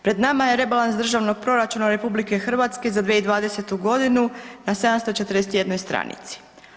Pred nama je rebalans Državnog proračuna RH za 2020.g. na 741 stranici.